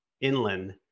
inland